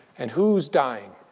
and who's dying?